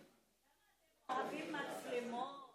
כמה אתם אוהבים מצלמות,